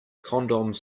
condoms